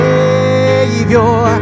Savior